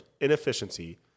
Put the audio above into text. Inefficiency